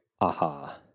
aha